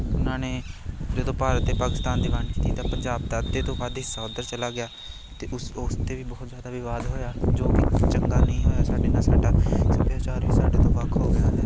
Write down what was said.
ਉਹਨਾਂ ਨੇ ਜਦੋਂ ਭਾਰਤ ਅਤੇ ਪਾਕਿਸਤਾਨ ਦੀ ਵੰਡ ਕੀਤੀ ਤਾਂ ਪੰਜਾਬ ਦਾ ਅੱਧੇ ਤੋਂ ਵੱਧ ਹਿੱਸਾ ਉੱਧਰ ਚਲਾ ਗਿਆ ਅਤੇ ਉਸ ਉਸ 'ਤੇ ਵੀ ਬਹੁਤ ਜ਼ਿਆਦਾ ਵਿਵਾਦ ਹੋਇਆ ਜੋ ਕਿ ਚੰਗਾ ਨਹੀਂ ਹੋਇਆ ਸਾਡੇ ਨਾਲ ਸਾਡਾ ਸੱਭਿਆਚਾਰ ਵੀ ਸਾਡੇ ਤੋਂ ਵੱਖ ਹੋ ਗਿਆ ਹੈ